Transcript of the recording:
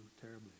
terribly